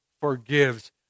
forgives